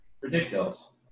ridiculous